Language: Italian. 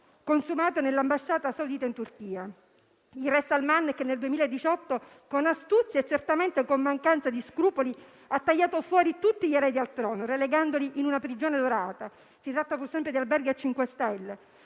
consumato nell'ambasciata saudita in Turchia? Re Salman nel 2018, con astuzia e certamente con mancanza di scrupoli, ha tagliato fuori tutti gli eredi al trono, relegandoli in una prigione dorata (si tratta pur sempre di alberghi a cinque